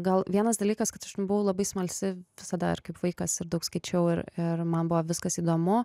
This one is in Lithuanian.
gal vienas dalykas kad aš buvau labai smalsi visada ir kaip vaikas ir daug skaičiau ir man buvo viskas įdomu